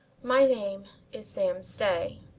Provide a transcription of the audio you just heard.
my name is sam stay.